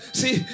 see